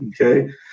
Okay